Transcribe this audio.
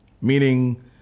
Meaning